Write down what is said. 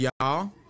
y'all